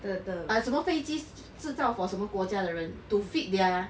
the the ah 什么飞机自造 for 什么国家的人 to fit their